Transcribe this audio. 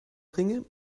ringe